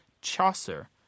Chaucer